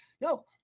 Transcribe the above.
No